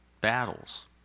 battles